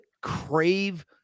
crave